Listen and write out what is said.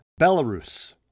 belarus